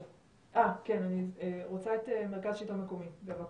אני רוצה את מרכז השלטון המקומי, בבקשה.